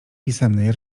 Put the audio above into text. pisemnej